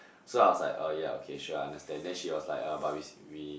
so I was like uh ya okay sure I understand then she was like uh but we s~ we